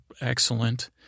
Excellent